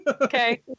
Okay